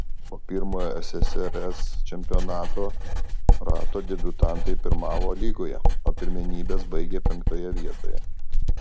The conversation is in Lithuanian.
po pirmo ssrs čempionato rato debiutantai pirmavo lygoje o pirmenybes baigė penktoje vietoje